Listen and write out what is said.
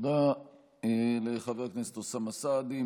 תודה לחבר הכנסת אוסאמה סעדי.